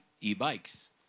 e-bikes